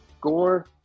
Gore